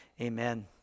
amen